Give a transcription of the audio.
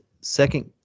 second